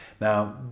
Now